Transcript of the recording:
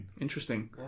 Interesting